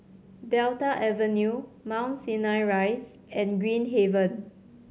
Delta Avenue Mount Sinai Rise and Green Haven